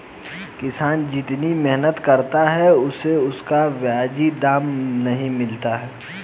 किसान जितनी मेहनत करता है उसे उसका वाजिब दाम नहीं मिलता है